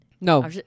No